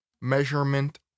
measurement